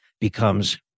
becomes